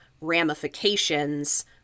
ramifications